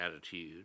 attitude